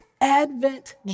Advent